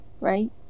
right